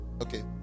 Okay